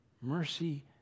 mercy